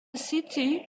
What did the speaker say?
city